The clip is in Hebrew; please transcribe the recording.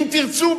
אם תרצו,